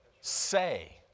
say